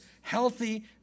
healthy